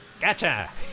Gotcha